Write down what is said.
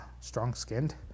strong-skinned